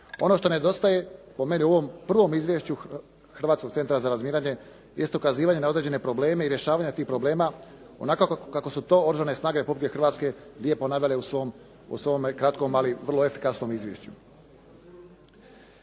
Ono što nedostaje po meni u ovom prvom izvješću Hrvatskog centra za razminiranje jest ukazivanje na određene probleme i rješavanje tih problema onako kako su to Oružane snage Republike Hrvatske lijepo navele u svome kratkom, ali vrlo efikasnom izvješću.